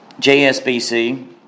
JSBC